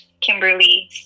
Kimberly